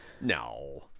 no